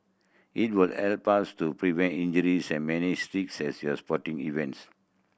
it will help us to prevent injuries and many at sporting events